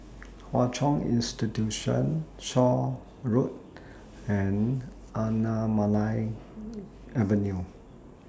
Hwa Chong Institution Shaw Road and Anamalai Avenue